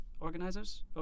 organizers